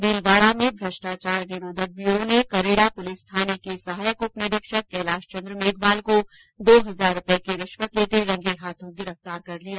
भीलवाड़ा में भ्रष्टाचार निरोधक ब्यूरो ने करेड़ा पुलिस थाने के सहायक उप निरीक्षक कैलाशचंद्र मेघवाल को दो हजार रूपए की रिश्वत लेते रंगे हाथ गिरफ़तार कर लिया